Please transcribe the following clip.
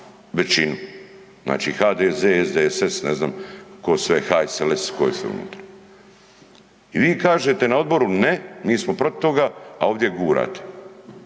većinu, znači HDZ, SDSS, ne znam ko sve, HSLS i ko je sve unutra. I vi kažete na odboru ne mi smo protiv toga, a ovdje gurate.